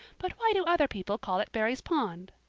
but why do other people call it barry's pond?